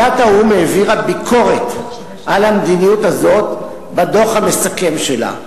ועדת האו"ם העבירה ביקורת על המדיניות הזאת בדוח המסכם שלה,